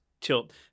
tilt